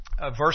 verse